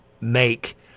make